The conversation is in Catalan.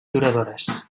duradores